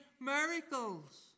miracles